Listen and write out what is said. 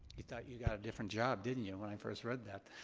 you thought you got a different job, didn't you, when i first read that?